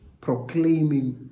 proclaiming